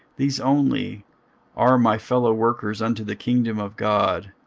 these only are my fellowworkers unto the kingdom of god,